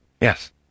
Yes